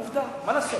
עובדה, מה לעשות.